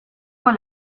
con